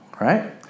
Right